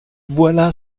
voilà